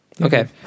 Okay